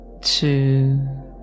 two